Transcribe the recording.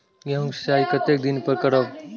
गेहूं का सीचाई कतेक दिन पर करबे?